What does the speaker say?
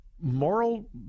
moral